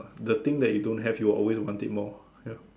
the thing that you don't have you will always want it more ya